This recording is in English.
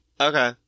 Okay